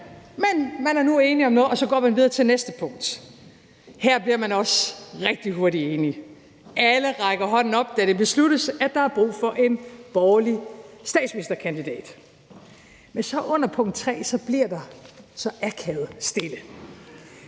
men man er nu enige om noget, og så går man videre til næste punkt. Her bliver man også rigtig hurtig enig. Alle rækker hånden op, da det besluttes, at der er brug for en borgerlig statsministerkandidat. Men så under punkt 3 bliver der så akavet stille,